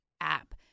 app